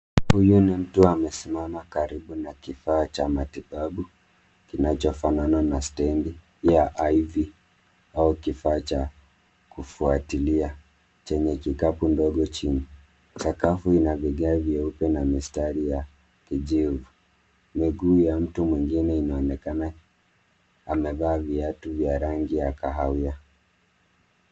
Huyu ni mtu amesimama karibu karibu na kifaa cha matibabu kinachofanana na stendi ya IV au kifaa cha kufuatilia chenye kikapu ndogo chini. Sakafu ina vigae vyeupe na mistari ya kijivu. Miguu ya mtu mwingine inaonekana amevaa viatu vya rangi ya kahawia.